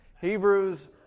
Hebrews